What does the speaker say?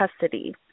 custody